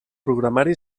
programari